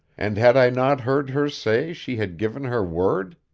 and had i not heard her say she had given her word?